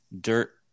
dirt